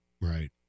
Right